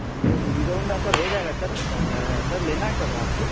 hero Hero Honda sir ہو جائے گا سر سر لینا ہے کب ہے آپ کو